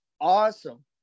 awesome